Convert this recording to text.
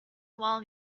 wall